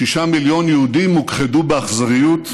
שישה מיליון יהודים הוכחדו באכזריות,